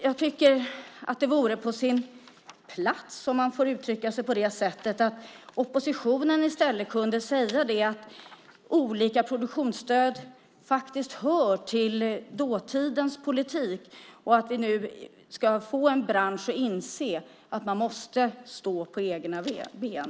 Jag tycker att det vore på sin plats, om jag får uttrycka mig på det sättet, att oppositionen i stället kunde säga att olika produktionsstöd hör till dåtidens politik och att vi nu ska få en bransch att inse att man måste stå på egna ben.